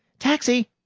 taxi!